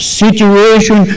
situation